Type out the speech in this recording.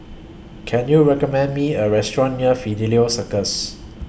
Can YOU recommend Me A Restaurant near Fidelio Circus